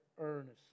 earnestly